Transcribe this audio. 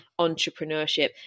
entrepreneurship